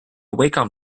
wacom